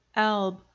alb